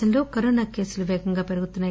దేశంలో కరోనా కేసులు వేగంగా పెరుగుతున్నాయి